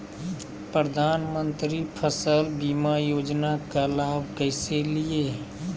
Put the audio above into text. प्रधानमंत्री फसल बीमा योजना का लाभ कैसे लिये?